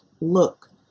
Look